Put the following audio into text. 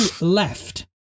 left